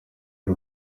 y’u